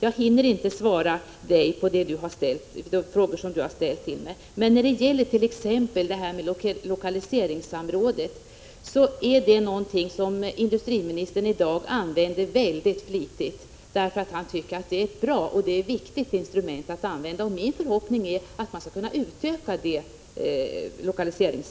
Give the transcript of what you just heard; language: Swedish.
Jag hinner inte svara på de frågor som Viola Claesson ställde till mig, men jag kan säga att lokaliseringssamrådet är någonting som industriministern i dag använder väldigt flitigt, därför att han tycker det är ett bra och viktigt instrument. Min förhoppning är att det skall kunna utökas.